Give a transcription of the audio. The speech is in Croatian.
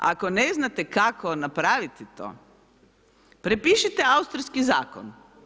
Ako ne znate kako napraviti to, prepišite austrijski zakon.